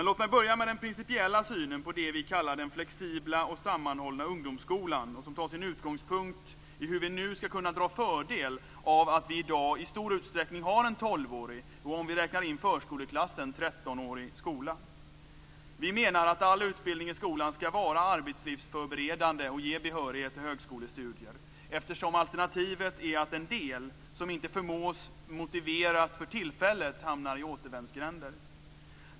Låt mig börja med den principiella synen på det som vi kallar den flexibla och sammanhållna ungdomsskolan, som tar sin utgångspunkt i hur vi nu skall kunna dra fördel av att vi i dag i stor utsträckning har en tolvårig och, om vi räknar in förskoleklassen, en trettonårig skola. Vi menar att all utbildning i skolan skall vara arbetslivsförberedande och ge behörighet till högskolestudier, eftersom alternativet är att en del som man inte förmår motivera för tillfället hamnar i återvändsgränder.